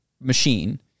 machine